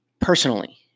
personally